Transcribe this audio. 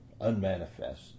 unmanifest